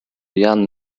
jan